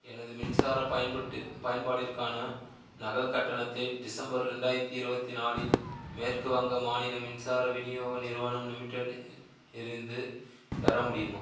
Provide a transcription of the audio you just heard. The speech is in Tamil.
எனது மின்சார பயன்பாட்டி பயன்பாட்டிற்கான நகல் கட்டணத்தை டிசம்பர் ரெண்டாயிரத்தி இருபத்தி நாலில் மேற்கு வங்க மாநில மின்சார விநியோக நிறுவனம் லிமிடெட் இ இருந்து பெற முடியுமா